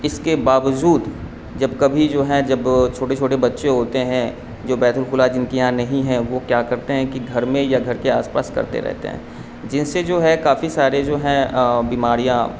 اس کے باوجود جب کبھی جو ہیں جب چھوٹے چھوٹے بچے ہوتے ہیں جو بیت الخلاء جن کے یہاں نہیں ہے وہ کیا کرتے ہیں کہ گھر میں یا گھر کے آس پاس کرتے رہتے ہیں جن سے جو ہے کافی سارے جو ہیں بیماریاں